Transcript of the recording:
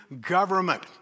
government